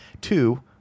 two